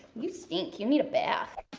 you stink, you need a bath.